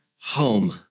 home